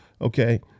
Okay